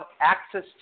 access